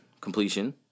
completion